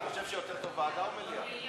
אתה חושב שיותר טוב ועדה או מליאה?